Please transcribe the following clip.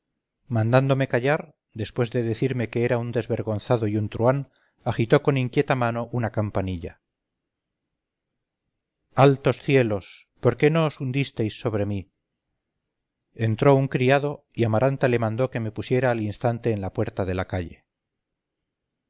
mandándome callar después de decirme que era un desvergonzado y un truhán agitó con inquieta mano una campanilla altos cielos por qué no os hundisteis sobre mí entró un criado y amaranta le mandó que me pusiera al instante en la puerta de la calle